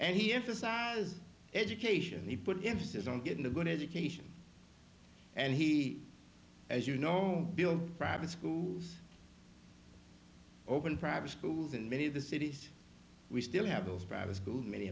and he emphasized education he put the emphasis on getting a good education and he as you know build private schools open private schools in many of the cities we still have those private schools many